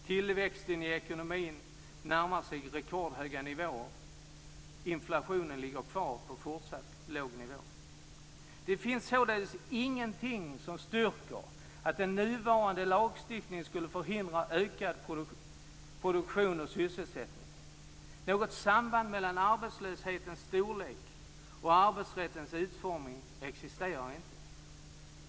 Tillväxten i ekonomin närmar sig rekordhöga nivåer. - Inflationen ligger kvar på fortsatt låg nivå. Det finns således ingenting som styrker att den nuvarande lagstiftningen skulle förhindra ökad produktion och sysselsättning. Något samband mellan arbetslöshetens storlek och arbetsrättens utformning existerar inte.